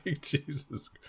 Jesus